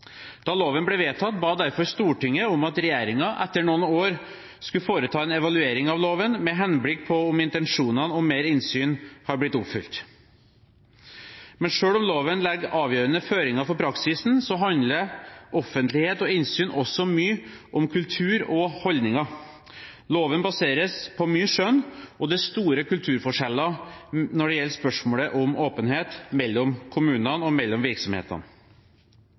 Da loven ble vedtatt, ba Stortinget derfor om at regjeringen etter noen år skulle foreta en evaluering av loven med henblikk på om intensjonene om mer innsyn hadde blitt oppfylt. Selv om loven legger avgjørende føringer for praksisen, handler offentlighet og innsyn også mye om kultur og holdninger. Loven baseres mye på skjønn, og det er store kulturforskjeller når det gjelder spørsmålet om åpenhet, mellom kommunene og mellom virksomhetene.